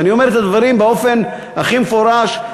ואני אומר את הדברים באופן הכי מפורש.